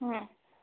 ও